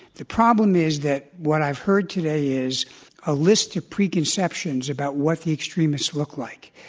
the problem is that what i've heard today is a list of preconceptions about what the extremists look like.